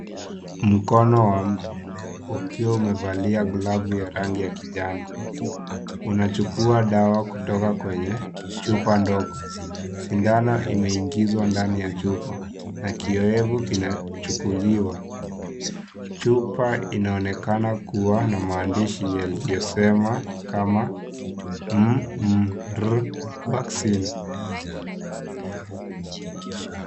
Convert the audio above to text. Mkono wa mtu ukiwa umevalia glovu ya rangi ya kijani unachukua dawa kutoka kwenye chupa ndogo. Sindano imeingizwa ndani ya chupa na kiowevu kinachukuliwa. Chupa inaonekana kuwa na maandishi yaliyosema kama MMR vaccine .